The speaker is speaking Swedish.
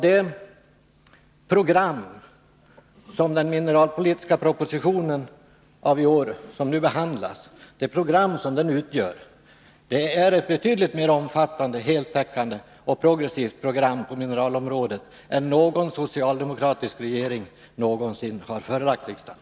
Det program som finns i den mineralpolitiska propositionen i år är ett betydligt mer omfattande, heltäckande och progressivt program på mineralområdet än någon socialdemokratisk regering någonsin har förelagt riksdagen.